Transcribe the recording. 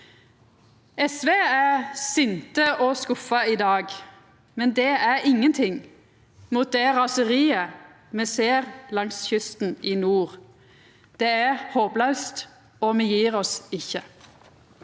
SV er sinte og skuffa i dag, men det er ingenting mot det raseriet me ser langs kysten i nord. Det er håplaust, og me gjev oss ikkje.